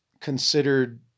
considered